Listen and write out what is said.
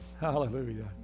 Hallelujah